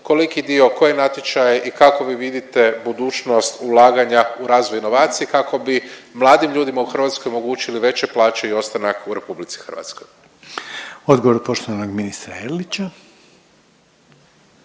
koliki dio, koji natječaj i kako vi vidite budućnost ulaganja u razvoj i inovacije kako bi mladim ljudima u Hrvatskoj omogućili veće plaće i ostanak u RH? **Reiner, Željko (HDZ)** Odgovor poštovanog ministra Erlića.